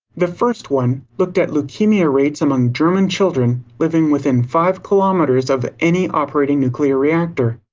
the first one looked at leukemia rates among german children living within five kilometers of any operating nuclear reactor.